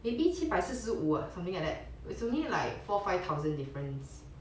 maybe 七百四十五 ah something like that it's only like four five thousand difference